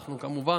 אנחנו כמובן,